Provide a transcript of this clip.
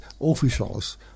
officials